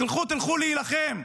תלכו, תלכו להילחם,